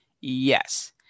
Yes